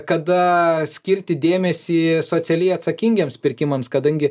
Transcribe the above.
kada skirti dėmesį socialiai atsakingiems pirkimams kadangi